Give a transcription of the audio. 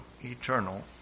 eternal